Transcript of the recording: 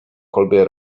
kolbie